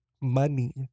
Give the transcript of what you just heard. Money